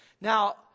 Now